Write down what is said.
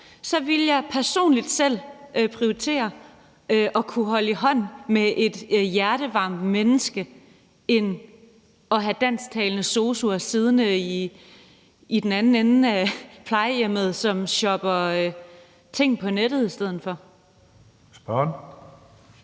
Så ville jeg personligt prioritere det at kunne holde i hånden med et hjertevarmt menneske i stedet for at have dansktalende sosu'er siddende i den anden ende af plejehjemmet, som shopper ting på nettet. Kl.